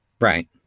Right